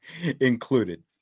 included